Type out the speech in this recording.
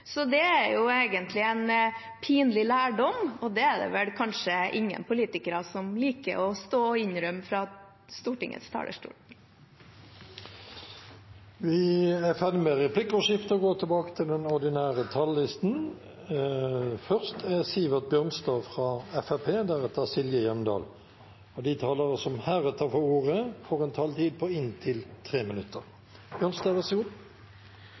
Så det var egentlig en pinlig lærdom – og det er det vel kanskje ingen politikere som liker å stå og innrømme fra Stortingets talerstol. Replikkordskiftet er omme. De talere som heretter får ordet, har en taletid på inntil 3 minutter. Alle er vi leie av pandemien, og